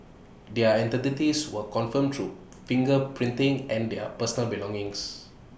their identities were confirmed through finger printing and their personal belongings